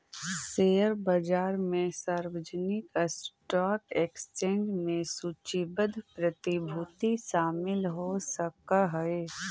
share बाजार में सार्वजनिक स्टॉक एक्सचेंज में सूचीबद्ध प्रतिभूति शामिल हो सकऽ हइ